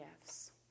gifts